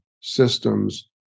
systems